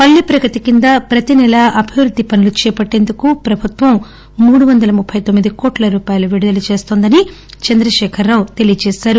పల్లె ప్రగతి కింద ప్రతి నెలా అభివృద్ది పనులు చేపట్టేందుకు ప్రభుత్వం మూడు వందల ముప్పై తొమ్మిది కోట్ల రూపాయలు విడుదల చేస్తోందని చంద్రశేఖరరావు తెలియచేసారు